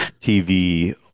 TV